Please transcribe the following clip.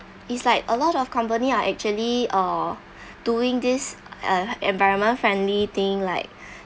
it's like a lot of company are actually uh doing this uh environment friendly thing like